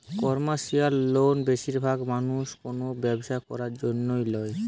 commercial loan বেশিরভাগ মানুষ কোনো ব্যবসা করার জন্য ল্যায়